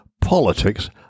politics